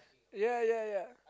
ya ya ya